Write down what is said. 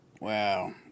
Wow